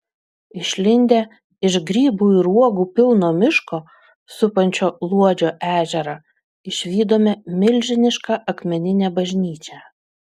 išlindę iš grybų ir uogų pilno miško supančio luodžio ežerą išvydome milžinišką akmeninę bažnyčią